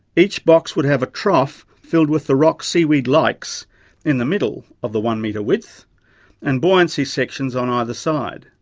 each box would have a trough filled with the rock seaweed likes in the middle of the one metre width and buoyancy sections on either side.